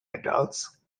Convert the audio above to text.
adults